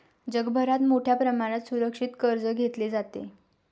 जगभरात मोठ्या प्रमाणात सुरक्षित कर्ज घेतले जाते